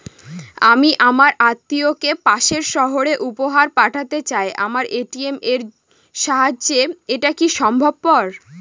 আমি আমার আত্মিয়কে পাশের সহরে উপহার পাঠাতে চাই আমার এ.টি.এম এর সাহায্যে এটাকি সম্ভবপর?